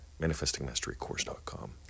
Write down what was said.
manifestingmasterycourse.com